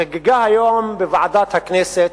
החגיגה היום בוועדת הכנסת,